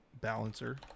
Balancer